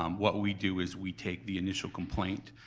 um what we do is we take the initial complaint,